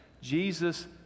Jesus